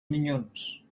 minyons